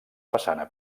façana